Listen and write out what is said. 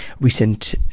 recent